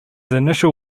initial